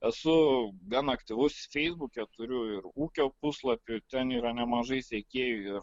esu gan aktyvus feisbuke turiu ir ūkio puslapį ten yra nemažai sekėjų ir